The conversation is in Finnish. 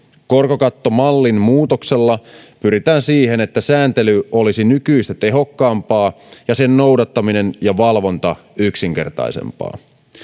korkokattomallin muutoksella pyritään siihen että sääntely olisi nykyistä tehokkaampaa ja sen noudattaminen ja valvonta yksinkertaisempaa